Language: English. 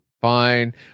fine